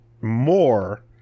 more